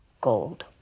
gold